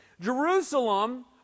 Jerusalem